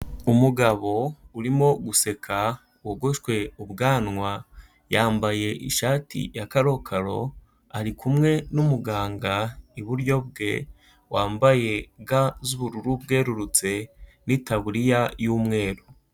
Umugabo urimo guseka, wogoshwe ubwanwa, yambaye ishati ya karokaro, ari kumwe n'umuganga iburyo bwe, wambaye ga z'ubururu bwerurutse, n'itaburiya y'umweru.